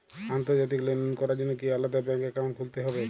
আন্তর্জাতিক লেনদেন করার জন্য কি আলাদা ব্যাংক অ্যাকাউন্ট খুলতে হবে?